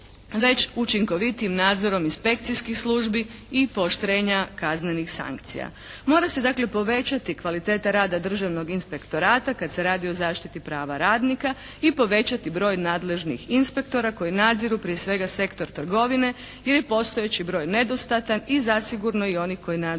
već učinkovitijim nadzorom inspekcijskih službi i pooštrenja kaznenih sankcija. Mora se dakle povećati kvaliteta rada državnog inspektorata kad se radi o zaštiti prava radnika i povećati broj nadležnih inspektora koji nadziru prije svega sektor trgovine jer je postojeći broj nedostatan i zasigurno i oni koji nadziru